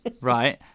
Right